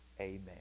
amen